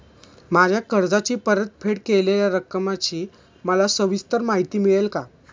माझ्या कर्जाची परतफेड केलेल्या रकमेची मला सविस्तर माहिती मिळेल का?